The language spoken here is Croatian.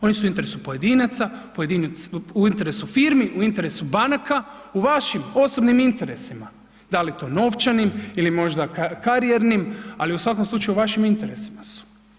Oni su u interesu pojedinaca, u interesu firmi, u interesu banaka, u vašim osobnim interesima da li to novčanim ili možda karijernim, ali u svakom slučaju u vašim interesima su.